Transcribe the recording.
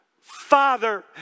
Father